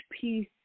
piece